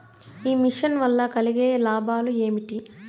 ఈ మిషన్ వల్ల కలిగే లాభాలు ఏమిటి?